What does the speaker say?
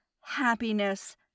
happiness